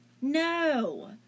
No